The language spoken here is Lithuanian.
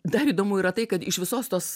dar įdomu yra tai kad iš visos tos